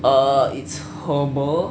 err it's herbal